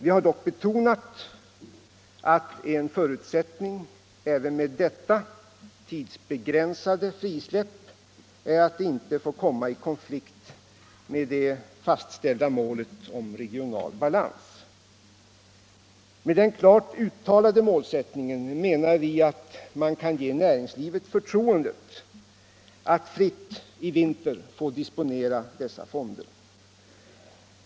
Vi har dock betonat att en förutsättning även med detta tidsbegränsade frisläpp är att det inte får komma i konflikt med det fastställda målet regional balans. Med den klart uttalade målsättningen menar vi att man kan ge näringslivet förtroende att i vinter fritt få disponera dessa fonder.